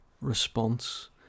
response